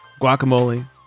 guacamole